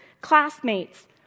classmates